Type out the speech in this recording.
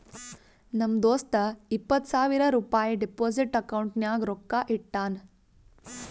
ನಮ್ ದೋಸ್ತ ಇಪ್ಪತ್ ಸಾವಿರ ರುಪಾಯಿ ಡೆಪೋಸಿಟ್ ಅಕೌಂಟ್ನಾಗ್ ರೊಕ್ಕಾ ಇಟ್ಟಾನ್